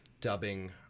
dubbing